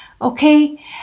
Okay